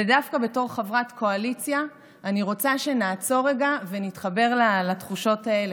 ודווקא בתור חברת קואליציה אני רוצה שנעצור רגע ונתחבר לתחושות האלה,